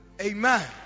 amen